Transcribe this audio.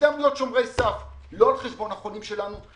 שתפקידם להיות שומרי סף לא על חשבון החולים שלנו.